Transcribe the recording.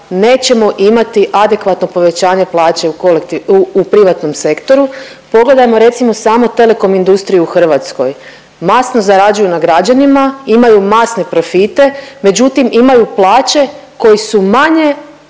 nećemo imati adekvatno povećanje plaće u privatnom sektoru. Pogledajmo recimo samo telekom industriju u Hrvatskoj, masno zarađuju na građanima, imaju masne profite, međutim imaju plaće koje su manje